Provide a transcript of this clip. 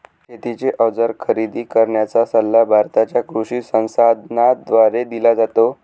शेतीचे अवजार खरेदी करण्याचा सल्ला भारताच्या कृषी संसाधनाद्वारे दिला जातो